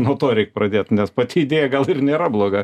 nuo to reik pradėt nes pati idėja gal ir nėra bloga